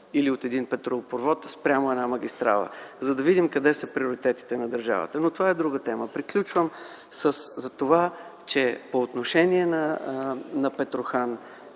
или от един петролопровод спрямо една магистрала, за да видим къде са приоритетите на държавата. Но това е друга тема. Приключвам - по отношение на Петрохан